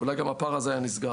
אולי גם הפער הזה היה נסגר.